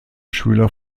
schüler